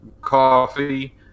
coffee